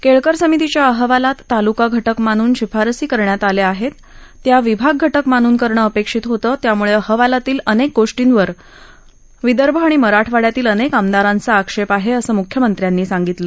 केळकर समितीच्या अहवालात तालूका घटक मानून शिफारसी करण्यात आल्या आहेत त्या विभाग घटक मानून करणं अपेक्षित होतं यामुळे अहवालातील अनेक गोष्टींवर विदर्भ आणि मराठवाड्यातील अनेक आमदारांचा आक्षेप आहे असं मुख्यमंत्र्यांनी सांगितलं